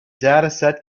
dataset